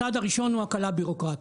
הצעד הראשון הוא הקלה ביורוקרטית.